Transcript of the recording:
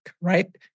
right